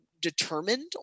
determined